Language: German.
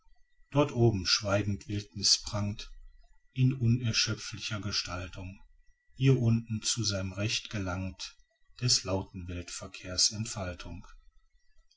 dort oben schweigende wildniß prangt in unerschöpflicher gestaltung hier unten zu seinem recht gelangt des lauten weltverkehrs